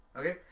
Okay